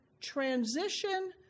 transition